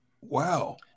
Wow